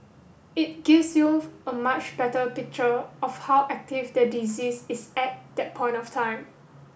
it gives you a much better picture of how active the disease is at that point of time